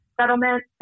settlement